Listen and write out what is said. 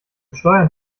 steuern